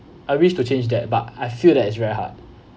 I wish to change that but I feel that it's very hard